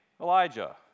Elijah